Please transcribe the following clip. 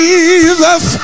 Jesus